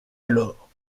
alors